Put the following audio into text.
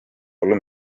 hullu